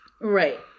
Right